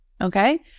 Okay